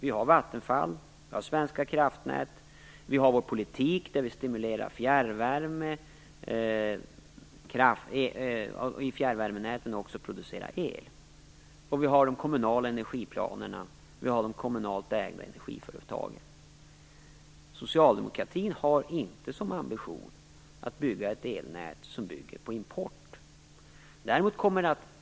Vi har Vattenfall, svenska kraftnät, vi för politik där vi stimulerar fjärrvärmenäten och också producerar el, och vi har de kommunala energiplanerna och de kommunalt ägda energiföretagen. Socialdemokraterna har inte som ambition att ha ett elnät som bygger import.